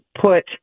put